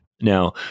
Now